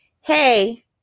hey